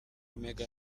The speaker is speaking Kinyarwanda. omega